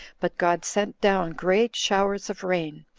but god sent down great showers of rain,